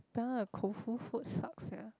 Koufu food sucks sia